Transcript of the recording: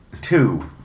Two